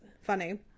funny